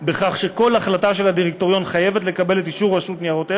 בכך שכל החלטה של הדירקטוריון חייבת לקבל את אישור רשות ניירות ערך,